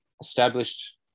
established